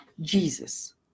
Jesus